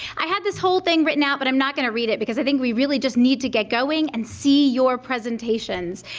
i had this whole thing written out but i'm not going to read it because i think we really just need to get going and see your presentations.